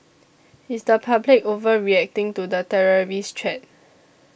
is the public overreacting to the terrorist threat